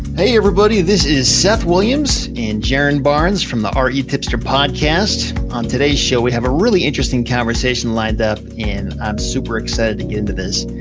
hey everybody, this is seth williams and jaren barnes from the um retipster podcast. on today's show we have a really interesting conversation lined up and i'm super excited to get into this.